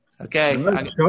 Okay